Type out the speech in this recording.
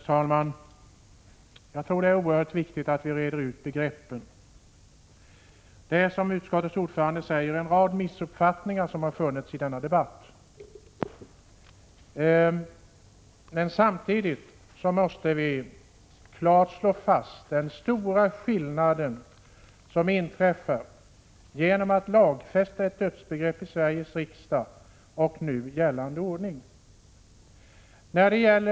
Herr talman! Jag tror att det är oerhört viktigt att vi reder ut begreppen. Som utskottets ordförande säger har en rad missuppfattningar funnits i denna debatt. Samtidigt måste vi dock klart slå fast den stora skillnad som uppstår i förhållande till nu gällande ordning, om man i Sveriges riksdag lagfäster ett sådant dödsbegrepp.